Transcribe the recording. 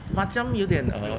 macam 有一点 uh